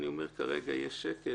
אני אומר שכרגע יש שקט.